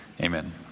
amen